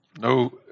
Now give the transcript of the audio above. No